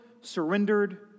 surrendered